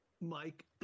Mike